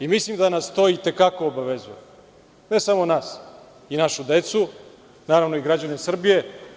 I mislim da nas to i te kako obavezuje, ne samo nas, i našu decu i građane Srbije.